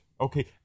Okay